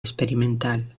experimental